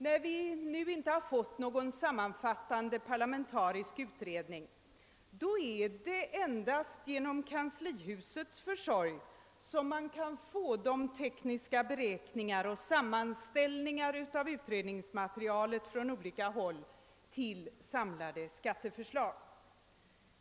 När vi nu inte har fått någon sammanfattande parlamentarisk utredning, är det endast genom kanslihusets försorg som man kan få tekniska beräkningar och sammanställningar av utredningsmaterial från olika håll samlade till ett skatteförslag.